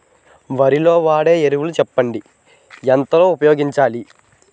వరిలో వాడే ఎరువులు చెప్పండి? ఎంత లో ఉపయోగించాలీ?